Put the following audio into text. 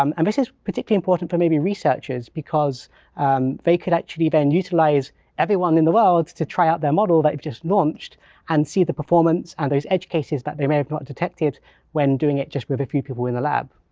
um and this is particularly important for maybe researchers because and they could actually then utilize everyone in the world to try out their model they've just launched and see the performance and those edge cases that they may have not detected when doing it just with a few people in the lab.